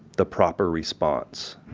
the proper response.